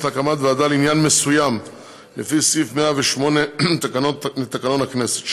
להקמת ועדה לעניין מסוים לפי סעיף 108 לתקנון הכנסת.